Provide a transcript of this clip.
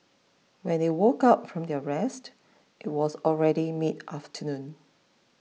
when they woke up from their rest it was already mid afternoon